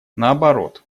наоборот